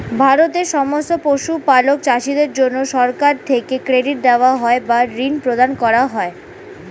ভারতের সমস্ত পশুপালক চাষীদের জন্যে সরকার থেকে ক্রেডিট দেওয়া হয় বা ঋণ প্রদান করা হয়